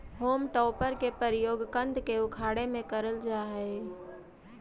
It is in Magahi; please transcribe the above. होम टॉपर के प्रयोग कन्द के उखाड़े में करल जा हई